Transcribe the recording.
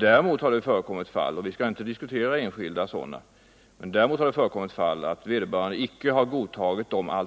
Däremot kan jag säga, även om vi här inte skall diskutera enskilda fall, att det har hänt att vederbörande inte godtagit de